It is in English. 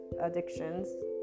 addictions